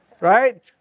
right